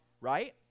right